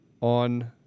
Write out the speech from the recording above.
on